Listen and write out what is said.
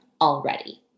already